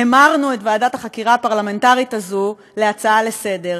המרנו את ועדת החקירה הפרלמנטרית הזאת להצעה לסדר-היום,